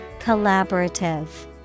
Collaborative